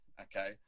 okay